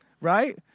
Right